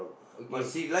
okay